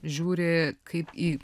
žiūri kaip į